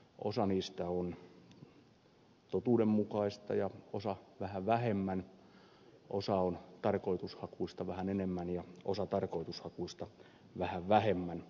osa on totuudenmukaista ja osa vähän vähemmän osa on tarkoitushakuista vähän enemmän ja osa tarkoitushakuista vähän vähemmän